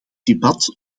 debat